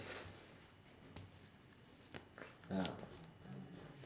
oh